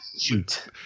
shoot